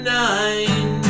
nine